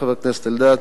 חבר הכנסת אלדד,